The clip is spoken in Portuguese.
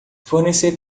fornecer